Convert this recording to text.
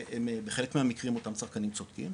והם בחלק מהמקרים אותם צרכנים צודקים,